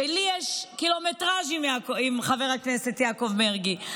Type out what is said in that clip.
לי יש קילומטרז' עם חבר הכנסת מרגי.